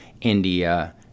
India